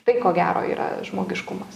tai ko gero yra žmogiškumas